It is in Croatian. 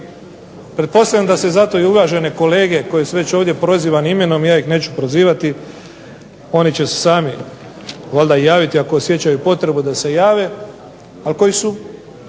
Pretpostavljam da se zato i uvažene kolege koje su već ovdje prozivane imenom, ja ih neću prozivati, oni će se sami valjda javiti ako osjećaju potrebu da se jave ali koji su